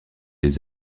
les